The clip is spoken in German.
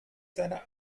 seine